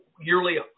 yearly